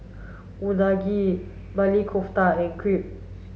Unagi Maili Kofta and Crepe